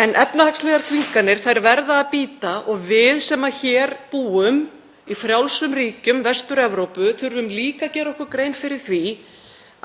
Efnahagslegar þvinganir verða að bíta og við sem hér búum í frjálsum ríkjum Vestur-Evrópu þurfum líka að gera okkur grein fyrir því